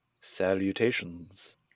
Salutations